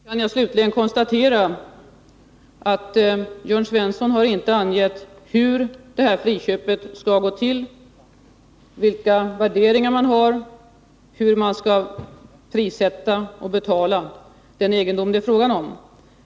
Herr talman! Då kan jag slutligen konstatera att Jörn Svensson inte har angett hur det här friköpet skall gå till, hur värderingen skall ske och hur man skall prissätta och betala den egendom det är fråga om.